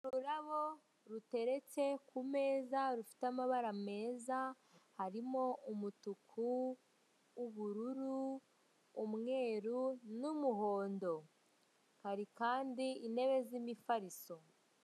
Ururabo ruteretse ku meza rufite amabara meza, harimo umutuku, ubururu, umweru n'umuhondo. Hari kandi intebe z'imifariso.